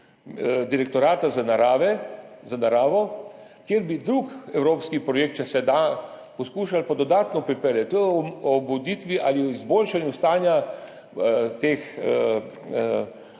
Direktorata za naravo, kjer bi drug evropski projekt, če se da, poskušali dodatno pripeljati k obuditvi ali izboljšanju stanja teh